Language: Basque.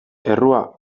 errua